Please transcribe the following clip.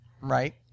Right